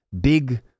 big